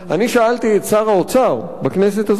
אני שאלתי את שר האוצר בכנסת הזאת: